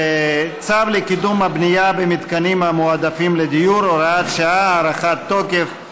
צו לקידום הבנייה במתחמים מועדפים לדיור (הוראת שעה) (הארכת תוקף),